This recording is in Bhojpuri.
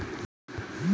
लाभकारी कीट का होला?